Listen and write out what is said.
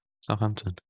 Southampton